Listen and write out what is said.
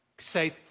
Say